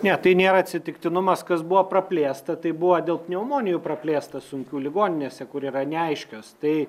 ne tai nėra atsitiktinumas kas buvo praplėsta tai buvo dėl pneumonijų praplėsta sunkių ligoninėse kur yra neaiškios tai